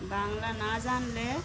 বাংলা না জানলে